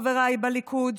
חבריי בליכוד,